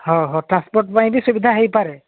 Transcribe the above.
ହଉ ହଉ ଟ୍ରାନ୍ସପୋର୍ଟ ପାଇଁ ବି ସୁବିଧା ହୋଇପାରେ